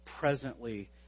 presently